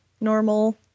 normal